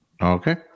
Okay